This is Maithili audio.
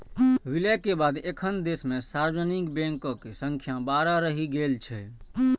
विलय के बाद एखन देश मे सार्वजनिक बैंकक संख्या बारह रहि गेल छै